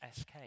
SK